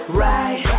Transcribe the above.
right